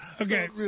Okay